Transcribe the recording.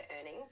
earning